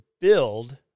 build